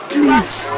Please